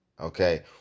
okay